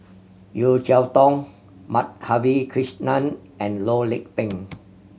Yeo Cheow Tong Madhavi Krishnan and Loh Lik Peng